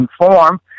inform